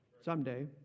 someday